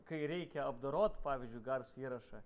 kai reikia apdorot pavyzdžiui garso įrašą